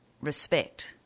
respect